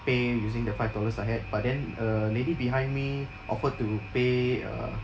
pay using the five dollars I had but then a lady behind me offered to pay uh